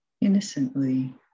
Innocently